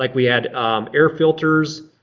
like we had air filters,